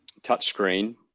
touchscreen